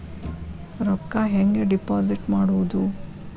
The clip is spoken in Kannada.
ರೊಕ್ಕ ಹೆಂಗೆ ಡಿಪಾಸಿಟ್ ಮಾಡುವುದು?